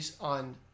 on